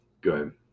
Good